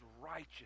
righteous